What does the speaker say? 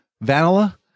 vanilla